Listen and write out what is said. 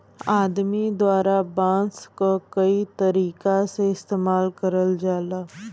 आदमी द्वारा बांस क कई तरीका से इस्तेमाल करल जाला